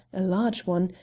a large one,